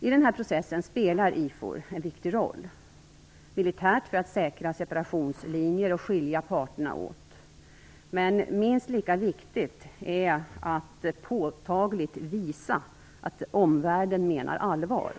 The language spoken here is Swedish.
I denna process spelar fredsstyrkan IFOR en viktig roll - militärt för att säkra separationslinjer och skilja parterna åt, men minst lika viktigt är att påtagligt visa att omvärlden menar allvar.